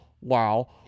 wow